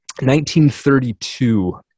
1932